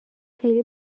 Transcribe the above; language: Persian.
خیلی